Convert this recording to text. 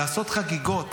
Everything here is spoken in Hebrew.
לעשות חגיגות,